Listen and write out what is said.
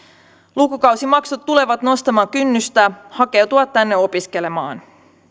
lukukausimaksut tulevat nostamaan kynnystä hakeutua tänne opiskelemaan